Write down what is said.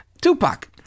Tupac